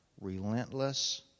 relentless